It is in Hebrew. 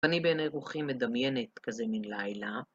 אני בעיני רוחי מדמיינת כזה מן לילה.